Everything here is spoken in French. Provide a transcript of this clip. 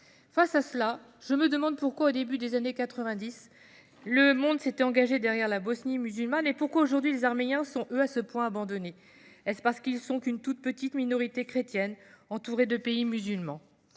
la Turquie ? Je me demande pourquoi, au début des années 1990, le monde s’était engagé derrière la Bosnie musulmane et pourquoi aujourd’hui les Arméniens sont, eux, à ce point abandonnés. Est-ce parce qu’ils ne forment qu’une toute petite minorité chrétienne entourée de pays musulmans ?